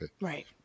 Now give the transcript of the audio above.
Right